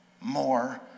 more